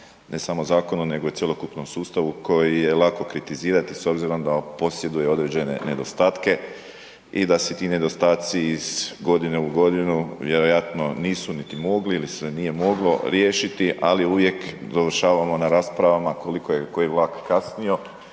ne samo zakonu nego i cjelokupnom sustavu koji je lako kritizirati s obzirom da posjeduje određene nedostatke i da se ti nedostaci iz godine u godinu vjerojatno nisu niti mogli ili se nije moglo riješiti, ali uvijek završavamo na raspravama koliko je koji vlak kasnio